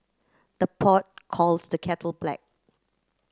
the pot calls the kettle black